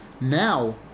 now